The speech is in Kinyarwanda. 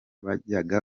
bajyaga